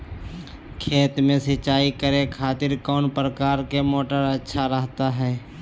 खेत में सिंचाई करे खातिर कौन प्रकार के मोटर अच्छा रहता हय?